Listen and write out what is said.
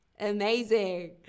amazing